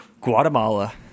Guatemala